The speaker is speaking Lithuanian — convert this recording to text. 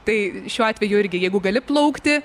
tai šiuo atveju irgi jeigu gali plaukti